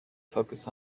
focus